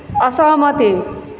असहमति